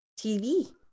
TV